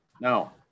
Now